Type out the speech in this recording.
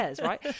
Right